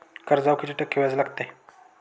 कर्जावर किती टक्के व्याज लागते?